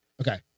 okay